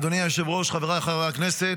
אדוני היושב-ראש, חבריי חברי הכנסת,